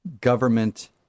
government